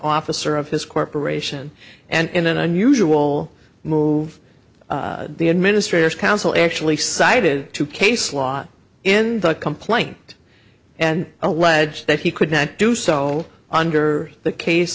officer of his corporation and in an unusual move the administrators counsel actually cited two case law in the complaint and allege that he could not do so under the case